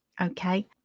Okay